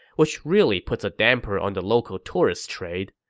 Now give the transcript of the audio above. which really puts a damper on the local tourist trade.